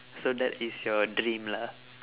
so that is your dream lah